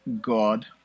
God